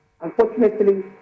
Unfortunately